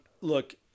look